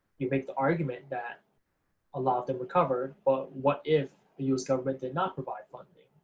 you make the argument that a lot of them recovered, but what if the us government did not provide funding?